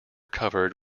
covered